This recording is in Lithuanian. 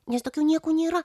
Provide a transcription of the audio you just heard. nes daugiau nieko nėra